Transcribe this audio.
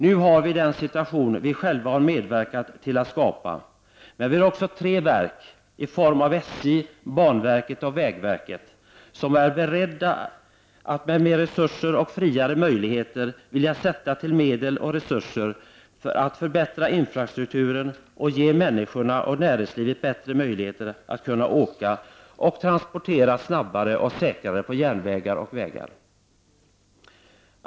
Nu har vi den situation vi själva har medverkat till att skapa, men vi har också tre verk i form av SJ, banverket och vägverket som är beredda att med mer resurser och friare möjligheter sätta till medel och resurser för att för bättra infrastrukturen och ge människorna bättre möjligheter att åka och näringslivet bättre möjligheter att transportera snabbare och säkrare på järnvägar och vägar.